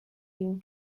you